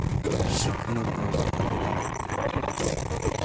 ᱥᱤᱠᱷᱱᱟᱹᱛ ᱫᱚ ᱟᱹᱰᱤᱜᱮ ᱞᱟᱹᱠᱛᱤᱭᱟ